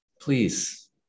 please